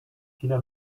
viele